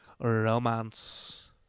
romance